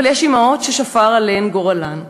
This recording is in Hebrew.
אבל יש אימהות ששפר עליהן גורלן,